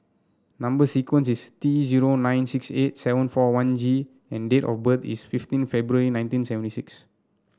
number sequence is T zero nine six eight seven four one G and date of birth is fifteen February nineteen seventy six